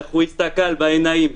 איך הוא הסתכל בעיניים,